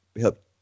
help